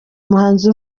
muhanzi